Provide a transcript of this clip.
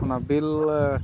bill